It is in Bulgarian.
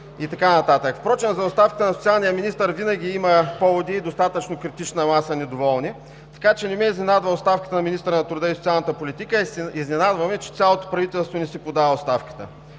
Впрочем, за оставката на социалния министър винаги има поводи и достатъчно критична маса недоволни, така че не ме изненадва оставката на министъра на труда и социалната политика, изненадва ме, че цялото правителство не си подава оставката,